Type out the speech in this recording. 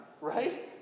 right